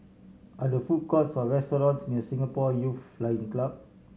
are there food courts or restaurants near Singapore Youth Flying Club